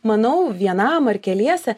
manau vienam ar keliese